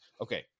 Okay